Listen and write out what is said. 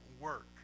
work